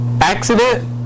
Accident